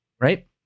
right